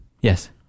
Yes